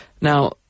Now